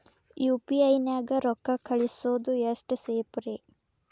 UPI ನ್ಯಾಗ ರೊಕ್ಕ ಕಳಿಸೋದು ಎಷ್ಟ ಸೇಫ್ ರೇ?